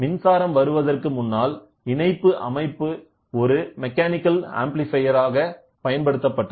மின்சாரம் வருவதற்கு முன்னால் இணைப்பு அமைப்பு ஒரு மெக்கானிக்கல் ஆம்ப்ளிஃபையர் ஆக பயன்படுத்தப்பட்டது